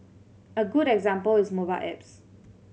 a good example is mobile apps